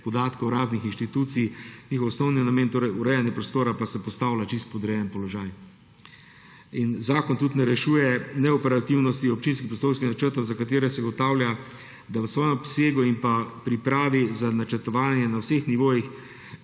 podatkov raznih inštitucij, njihov osnovni namen, torej urejanje prostora, pa se postavlja v čisto podrejen položaj. Zakon tudi ne rešuje neoperativnosti občinskih prostorskih načrtov, za katere se ugotavlja, da v svojem obsegu in pripravi za načrtovanje na vseh nivojih